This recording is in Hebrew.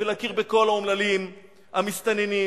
ולהכיר בכל האומללים המסתננים.